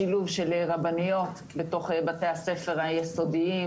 שילוב של רבניות בתוך בתי הספר היסודיים